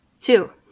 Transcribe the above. Two-